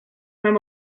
mam